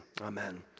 Amen